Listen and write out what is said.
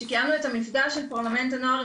כשקיימנו את המפגש של פרלמנט הנוער,